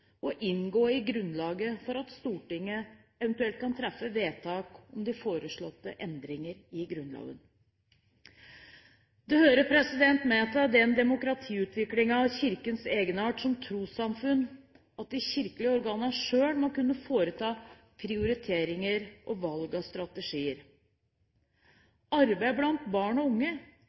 og inngå i grunnlaget for at Stortinget eventuelt kan treffe vedtak om de foreslåtte endringer i Grunnloven. Det hører med til demokratiutviklingen av Kirkens egenart som trossamfunn at de kirkelige organene selv må kunne foreta prioriteringer og valg av strategier. Arbeid blant barn og unge